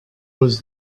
was